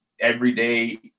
everyday